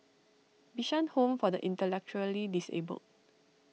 Bishan Home for the Intellectually Disabled